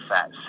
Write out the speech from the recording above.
Fat